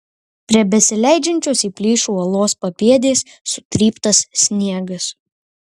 prie besileidžiančios į plyšį uolos papėdės sutryptas sniegas